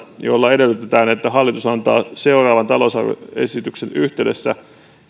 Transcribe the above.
jolla edellytetään että hallitus antaa seuraavan talousarvioesityksen yhteydessä